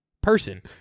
person